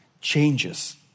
changes